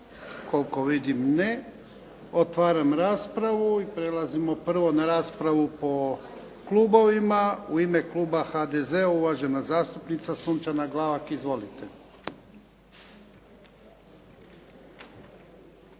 Koliko vidim ne. Otvaram raspravu i prelazim prvo na raspravu po klubovima. U ime Kluba HDZ-a, uvažena zastupnica Sunčana Glavak. Izvolite.